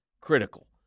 critical